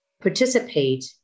participate